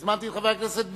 הזמנתי את חבר הכנסת ביבי.